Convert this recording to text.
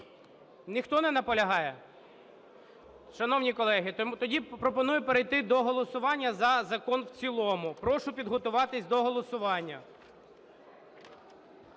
Ніхто не наполягає? Шановні колеги, тоді пропоную перейти до голосування за закон у цілому. Прошу підготуватись до голосування.